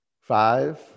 Five